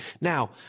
Now